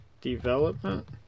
development